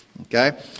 Okay